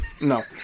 no